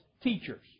teachers